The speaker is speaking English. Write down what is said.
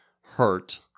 hurt